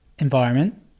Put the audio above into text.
environment